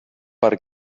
per